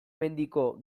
mendiko